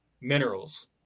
minerals